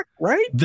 right